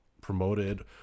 promoted